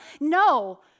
No